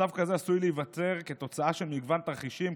מצב כזה עשוי להיווצר כתוצאה של מגוון תרחישים,